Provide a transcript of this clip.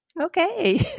Okay